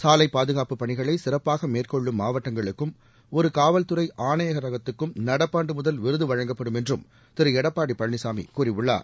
சாலைப் பாதுகாப்புப் பணிகளை சிறப்பாக மேற்கொள்ளும் மாவட்டங்களுக்கும் ஒரு காவல்துறை ஆணையரகத்துக்கும் நடப்பாண்டு முதல் விருது வழங்கப்படும் என்றும் திரு எடப்பாடி பழனிசாமி கூறியுள்ளார்